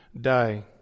die